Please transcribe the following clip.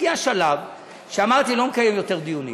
הגיע שלב שאמרתי: לא מקיים יותר דיונים,